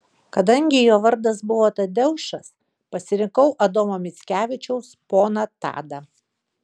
kadangi jo vardas buvo tadeušas pasirinkau adomo mickevičiaus poną tadą